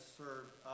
served